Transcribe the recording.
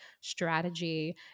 strategy